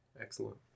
Excellent